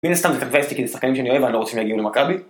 מן הסתם זה מבאס אותי כי זה שחקנים שאני אוהב ואני לא רוצה שהם יגיעו למכבי